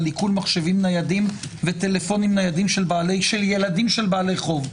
על איכון מחשבים ניידים וטלפונים ניידים של ילדים של בעלי חוב,